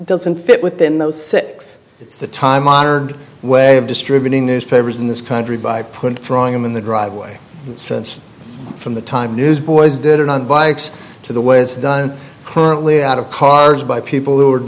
doesn't fit within those six it's the time honored way of distributing newspapers in this country by putting throwing them in the driveway sense from the time newsboys did it on bikes to the way it's done clearly out of cars by people who